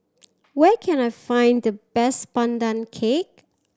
where can I find the best Pandan Cake